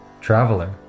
Traveler